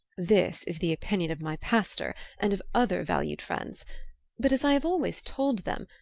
this is the opinion of my pastor and of other valued friends but, as i have always told them,